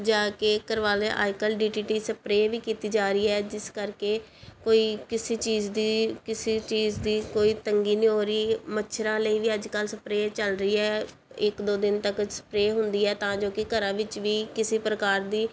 ਜਾ ਕੇ ਕਰਵਾ ਲਿਆ ਅੱਜ ਕੱਲ੍ਹ ਡੀ ਟੀ ਟੀ ਸਪਰੇਅ ਵੀ ਕੀਤੀ ਜਾ ਰਹੀ ਹੈ ਜਿਸ ਕਰਕੇ ਕੋਈ ਕਿਸੀ ਚੀਜ਼ ਦੀ ਕਿਸੀ ਚੀਜ਼ ਦੀ ਕੋਈ ਤੰਗੀ ਨਹੀਂ ਹੋ ਰਹੀ ਮੱਛਰਾਂ ਲਈ ਵੀ ਅੱਜ ਕੱਲ੍ਹ ਸਪਰੇਅ ਚੱਲ ਰਹੀ ਹੈ ਇੱਕ ਦੋ ਦਿਨ ਤੱਕ ਸਪਰੇਅ ਹੁੰਦੀ ਹੈ ਤਾਂ ਜੋ ਕਿ ਘਰਾਂ ਵਿੱਚ ਵੀ ਕਿਸੇ ਪ੍ਰਕਾਰ ਦੀ